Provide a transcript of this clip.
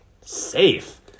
Safe